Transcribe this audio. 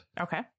Okay